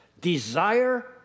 desire